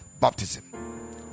baptism